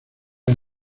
del